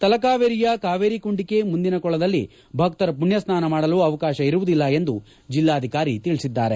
ತಲಕಾವೇರಿಯ ಕಾವೇರಿ ಕುಂಡಿಕೆ ಮುಂದಿನ ಕೊಳದಲ್ಲಿ ಭಕ್ತರು ಪುಣ್ತಸ್ನಾನ ಮಾಡಲು ಅವಕಾಶ ಇರುವುದಿಲ್ಲ ಎಂದು ಜಿಲ್ಲಾಧಿಕಾರಿ ತಿಳಿಸಿದ್ದಾರೆ